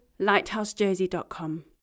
lighthousejersey.com